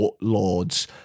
lords